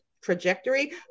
trajectory